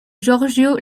giorgio